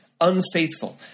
unfaithful